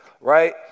right